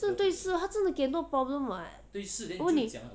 是对事他真的给很多 problem [what] 我问你